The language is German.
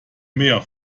mehr